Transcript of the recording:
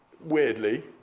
weirdly